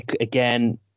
Again